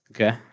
Okay